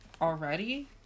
already